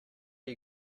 you